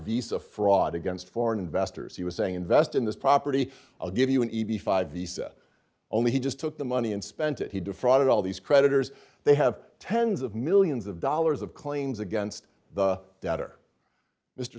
visa fraud against foreign investors he was saying invest in this property i'll give you an ab five visa only he just took the money and spent it he defrauded all these creditors they have tens of millions of dollars of claims against the debtor mr